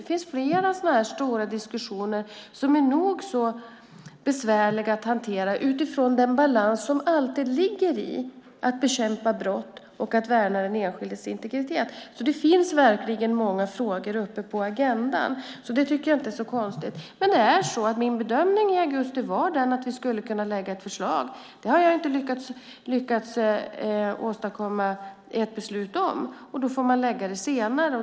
Det finns flera sådana stora diskussioner som är nog så besvärliga att hantera utifrån den balans som alltid ligger i att bekämpa brott och att värna den enskildes integritet. Det finns verkligen många frågor uppe på agendan. Det tycker jag inte är så konstigt. Min bedömning i augusti var den att vi skulle kunna lägga fram ett förslag. Det har jag inte lyckats åstadkomma ett beslut om. Då får man lägga det senare.